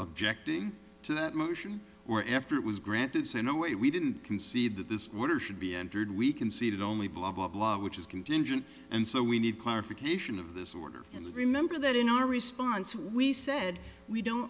objecting to that motion or after it was granted said no way we didn't concede that this water should be entered we can see that only blah blah blah which is contingent and so we need clarification of this order and remember that in our response we said we don't